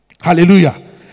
hallelujah